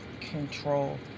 control